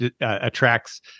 attracts